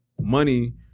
money